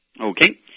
Okay